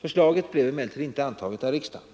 Förslaget blev emellertid inte antaget av riksdagen.